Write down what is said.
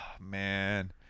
man